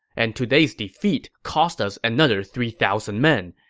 and today's defeat cost us another three thousand men.